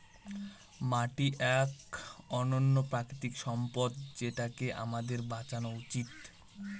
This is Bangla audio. মাটি এক অনন্য প্রাকৃতিক সম্পদ যেটাকে আমাদের বাঁচানো উচিত